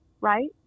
right